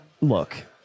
look